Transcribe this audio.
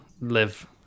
live